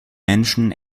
menschen